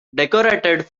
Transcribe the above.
decorated